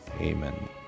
Amen